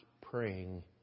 praying